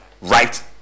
right